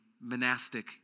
monastic